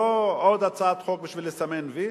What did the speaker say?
לא עוד הצעת חוק בשביל לסמן "וי".